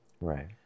Right